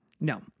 No